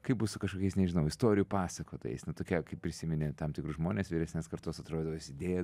kaip bus su kažkokiais nežinau istorijų pasakotojais na tokia kaip prisimeni tam tikrus žmones vyresnės kartos atrodo užsidėjęo